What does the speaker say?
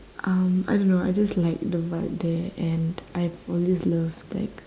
um I don't know I just like the vibe there and I've always loved like